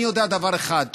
אני יודע דבר אחד,